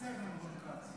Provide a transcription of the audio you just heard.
סרן רון כץ.